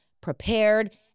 prepared